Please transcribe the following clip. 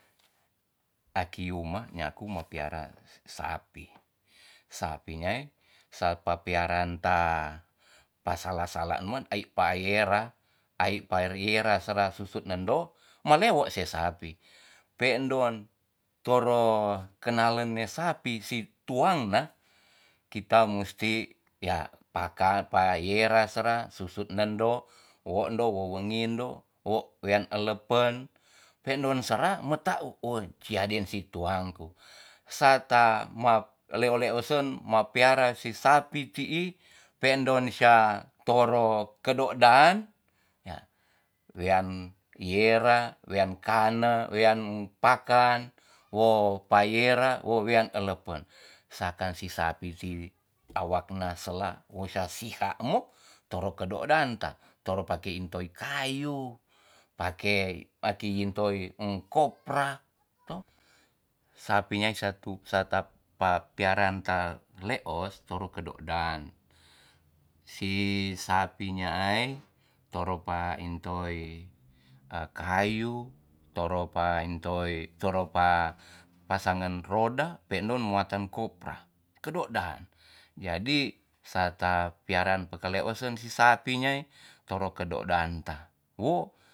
Aki uma nyaku ma piara sapi sapi yaai sapa piaran ta pasala salah man ai pairera-ai pairera sera susut nendo me'lewo se sapi pen'don toro kenalen ne sapi si tuang na kita musti ya paka paera sera susut wondo wo ndo wowengindo wo wean elepen pendon sera metau sia deen si tuan-ku sa'ta maleoleosen ma piara si sapi ti'i pe ndon sia toro kedo'dan ya wean yera wean kanen wean pakan wo paera wo wean elepen saka si sapi si awak-na sela wo sia sihak mo, toro kedo'dan ta toro paki intoi kayu paki aki intoi kopra to sapi yaai satu sata pa piara ta leos toro kedodan si sapi ya'ai toro pa intoi a kayu toro pa intoi toro pa pasangen roda pen'don muatan kopra kedo'dan jadi sa ta piaran pakeleosen si sapi yai toro kedo'dan ta wo